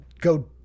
go